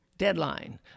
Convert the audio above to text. deadline